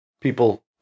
people